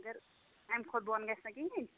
اگر اَمہِ کھۄتہٕ بۄن گژھِ نہٕ کِہیٖنۍ